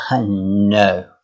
no